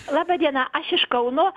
laba diena aš iš kauno